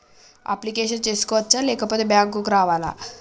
Application చేసుకోవచ్చా లేకపోతే bank రావాలా?